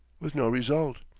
with no result.